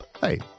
Hey